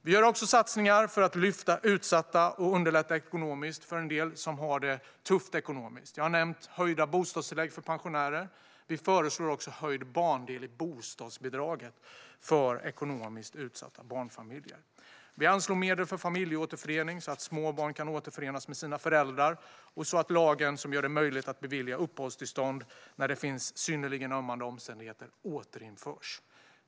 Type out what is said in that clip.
Vi gör också satsningar för att lyfta utsatta och underlätta ekonomiskt för en del som har det tufft ekonomiskt. Jag har nämnt höjda bostadstillägg för pensionärer. Vi föreslår också höjd barndel i bostadsbidraget för ekonomiskt utsatta barnfamiljer. Vi anslår medel för familjeåterförening så att små barn kan återförenas med sina föräldrar och så att lagen som gör det möjligt att bevilja uppehållstillstånd när det finns synnerligen ömmande omständigheter ska återinföras.